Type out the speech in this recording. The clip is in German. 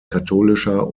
katholischer